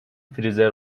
فریزر